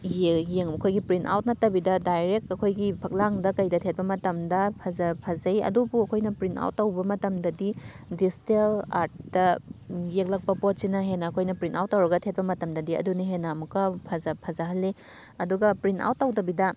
ꯑꯩꯈꯣꯏꯒꯤ print out ꯅꯠꯇꯕꯤꯗ direct ꯑꯩꯈꯣꯏꯒꯤ ꯐꯛꯂꯥꯡꯗ ꯀꯩꯗ ꯊꯦꯠꯄ ꯃꯇꯝꯗ ꯐꯖ ꯐꯖꯩ ꯑꯗꯨꯕꯨ ꯑꯩꯈꯣꯏꯅ ꯄ꯭ꯔꯤꯟꯠ ꯑꯥꯎꯠ ꯇꯧꯕ ꯃꯇꯝꯗꯗꯤ ꯗꯤꯖꯤꯇꯦꯜ ꯑꯥꯔꯠꯇ ꯌꯦꯛꯂꯛꯄ ꯄꯣꯠꯁꯤꯅ ꯍꯦꯟꯅ ꯑꯩꯈꯣꯏꯅ ꯄ꯭ꯔꯤꯟꯠ ꯑꯥꯎꯠ ꯇꯧꯔꯒ ꯊꯦꯠꯄ ꯃꯇꯝꯗꯗꯤ ꯑꯗꯨꯅ ꯍꯦꯟꯅ ꯑꯃꯨꯛꯀ ꯐꯖ ꯐꯖꯍꯜꯂꯤ ꯑꯗꯨꯒ ꯄ꯭ꯔꯤꯟꯠ ꯑꯥꯎꯠ ꯇꯧꯗꯕꯤꯗ